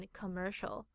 commercial